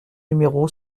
numéro